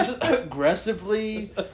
aggressively